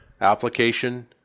application